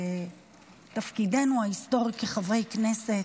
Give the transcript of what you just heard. ותפקידנו ההיסטורי כחברי כנסת,